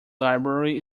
library